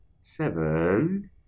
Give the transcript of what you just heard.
seven